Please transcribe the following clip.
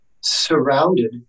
surrounded